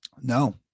no